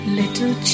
little